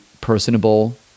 personable